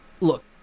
look